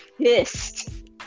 pissed